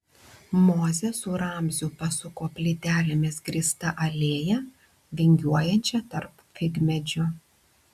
mozė su ramziu pasuko plytelėmis grįsta alėja vingiuojančia tarp figmedžių